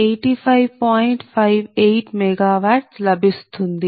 58 MW లభిస్తుంది